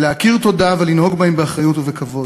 להכיר תודה ולנהוג בהם באחריות ובכבוד.